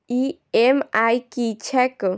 EMI की छैक?